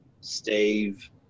Steve